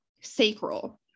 sacral